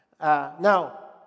Now